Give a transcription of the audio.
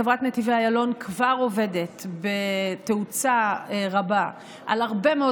חברת נתיבי איילון כבר עובדת בתאוצה רבה על הרבה מאוד